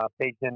patient